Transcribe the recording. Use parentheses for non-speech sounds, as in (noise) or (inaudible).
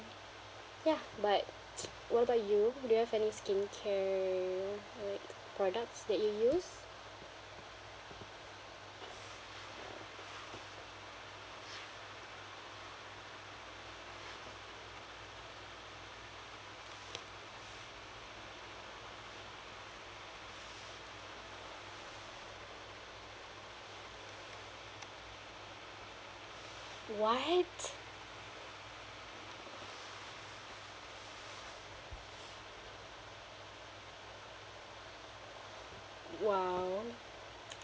ya but (noise) what about you do you have any skincare like products that you use what !wow!